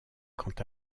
quant